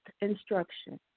instruction